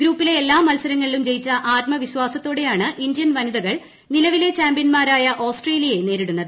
ഗ്രൂപ്പിലെ എല്ലാ മത്സരങ്ങളിലും ജയിച്ച ആത്മവിശ്വാസത്തോടെയാണ് ഇന്ത്യൻ വനിതകൾ നിലവിലെ ചാമ്പൃന്മാരായ ഓസ്ട്രേലിയയെ നേരിടുന്നത്